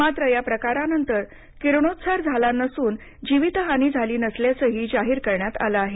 मात्र या प्रकारानंतर किरणोत्सार झाला नसून जीवितहानी झाली नसल्याचंही जाहीर करण्यात आलं आहे